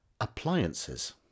appliances